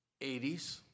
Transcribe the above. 80s